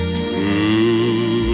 true